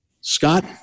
Scott